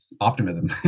optimism